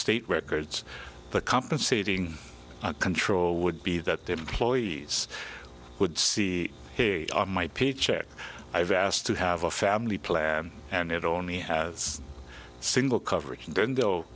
state records the compensating control would be that the employees would see my paycheck i've asked to have a family plan and it only has a single coverage and then